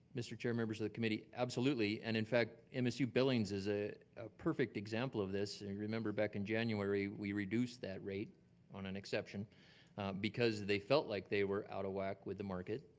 mr. chair, members of the committee, absolutely. and in fact, and msu billings is a perfect example of this. remember back in january, we reduce that rate on an exception because they felt like they were out of whack with the market.